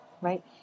right